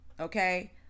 okay